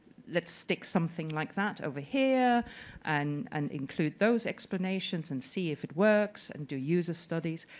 let's stick something like that over here and and include those explanations and see if it works and do user studies.